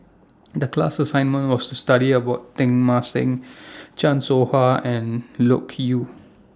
The class assignment was to study about Teng Mah Seng Chan Soh Ha and Loke Yew